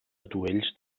atuells